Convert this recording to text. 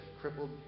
crippled